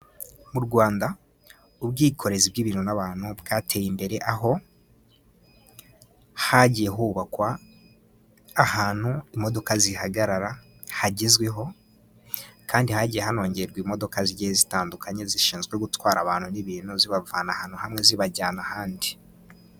Mu Rwanda ubwikorezi bw'ibintu n'abantu bwateye imbere, aho hagiye hubakwa ahantu imodoka zihagarara hagezweho kandi hagiye hanongerwa imodoka zigiye zitandukanye zishinzwe gutwara abantu n'ibintu zibavana ahantu hamwe zibajyana ahandi.